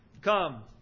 Come